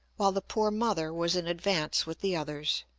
while the poor mother was in advance with the others.